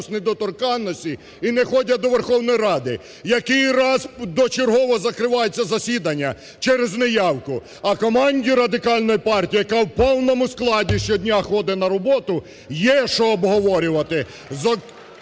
недоторканності і не ходять до Верховної Ради. Який раз дочергово закривається засідання через неявку? А команді Радикальної партії, яка в повному складі щодня ходить на роботу, є що обговорювати.